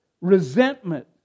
resentment